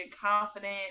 confident